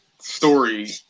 story